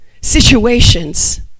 situations